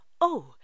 Oh